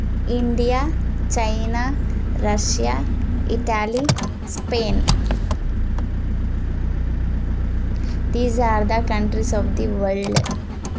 India China Russia Italy Spain these are the countries of the world